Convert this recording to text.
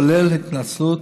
כולל התנצלות,